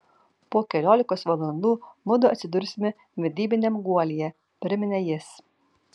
po keliolikos valandų mudu atsidursime vedybiniam guolyje priminė jis